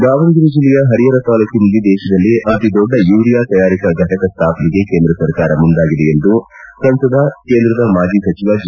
ದಾವಣಗೆರೆ ಜಿಲ್ಲೆಯ ಹರಿಹರ ತಾಲೂಕಿನಲ್ಲಿ ದೇಶದಲ್ಲೇ ಅತೀ ದೊಡ್ಡ ಯೂರಿಯಾ ತಯಾರಿಕಾ ಫಟಕ ಸ್ಥಾಪನೆಗೆ ಕೇಂದ್ರ ಸರ್ಕಾರ ಮುಂದಾಗಿದೆ ಎಂದು ಸಂಸದ ಕೇಂದ್ರದ ಮಾಜಿ ಸಚಿವ ಜಿ